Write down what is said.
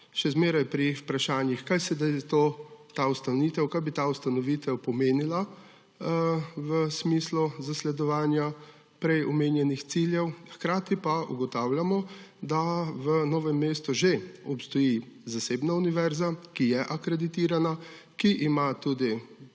še zmeraj pri vprašanju, kaj bi ta ustanovitev pomenila v smislu zasledovanja prej omenjenih ciljev. Hkrati pa ugotavljamo, da v Novem mestu že obstaja zasebna univerza, ki je akreditirana, ima tudi